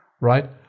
right